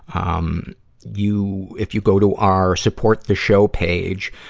um you, if you go to our support the show page,